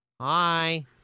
Hi